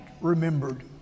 remembered